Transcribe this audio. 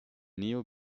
néo